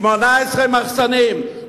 18 מחסנים,